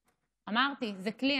אמרתי, זה כלי.